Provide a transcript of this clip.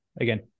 again